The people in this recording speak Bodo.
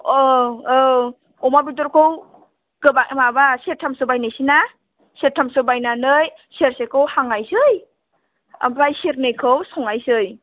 औ औ अमा बेदरखौ गोबा माबा सेरथामसो बायनोसै ना सेरथामसो बायनानै सेरसेखौ हांनोसै ओमफ्राय सेरनैखौ संनोसै